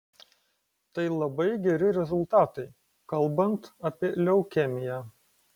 tai labai geri rezultatai kalbant apie leukemiją